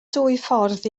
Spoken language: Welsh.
dwyffordd